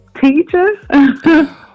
teacher